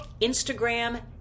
Instagram